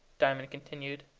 diamond continued.